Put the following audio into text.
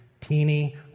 teeny